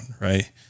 right